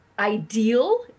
Ideal